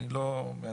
אני לא מהנדס,